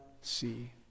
see